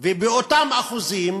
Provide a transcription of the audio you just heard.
ובאותם אחוזים